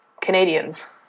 Canadians